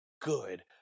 good